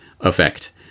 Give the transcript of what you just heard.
effect